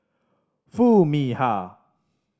Foo Mee Har